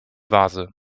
vase